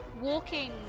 walking